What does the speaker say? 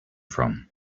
from